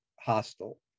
hostile